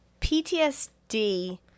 PTSD